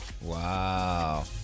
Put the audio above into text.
Wow